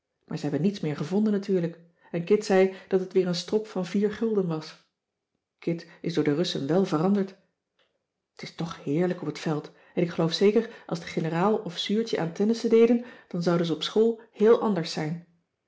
maar ze hebben niets meer gevonden natuurlijk en kit zei dat het weer een strop van vier gulden was kit is door de russen wèl veranderd t is toch heerlijk op het veld en ik geloof zeker als de generaal of zuurtje aan tennissen deden dan zouden ze op school heel anders zijn